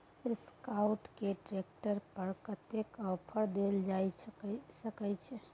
Escort के tractor पर कतेक ऑफर दैल जा सकेत छै?